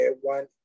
one